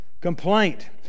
Complaint